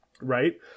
Right